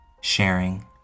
sharing